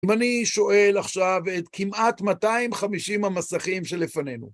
ואני שואל עכשיו את כמעט 250 המסכים שלפנינו.